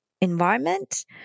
environment